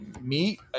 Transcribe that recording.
meet